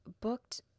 booked